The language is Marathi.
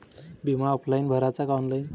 बिमा ऑफलाईन भराचा का ऑनलाईन?